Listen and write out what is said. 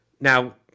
Now